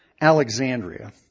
Alexandria